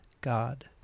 God